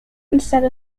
instead